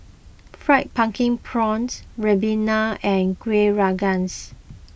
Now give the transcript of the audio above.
Fried Pumpkin Prawns Ribena and Kueh Rengas